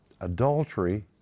adultery